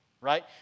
right